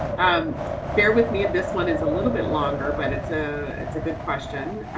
and bear with me. and this one is a little bit longer, but it's ah it's a good question.